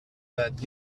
that